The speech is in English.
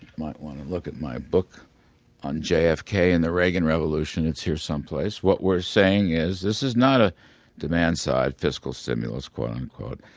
might want to look at my book on jfk and the reagan revolution. it's here someplace. what we're saying is, this is not a demand-side fiscal stimulus quote-unquote.